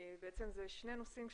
זה שני נושאים,